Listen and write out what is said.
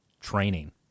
training